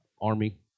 Army